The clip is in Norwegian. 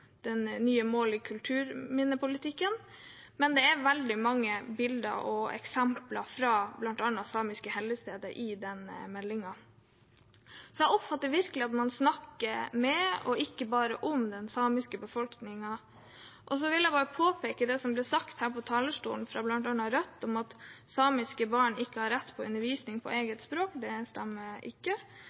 men det er veldig mange bilder og eksempler fra bl.a. samiske helligsteder i den meldingen. Så jeg oppfatter virkelig at man snakker med og ikke bare om den samiske befolkningen. Så vil jeg bare påpeke at det som ble sagt her fra talerstolen av bl.a. Rødt, om at samiske barn ikke har rett på undervisning på eget språk, ikke stemmer.